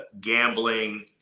gambling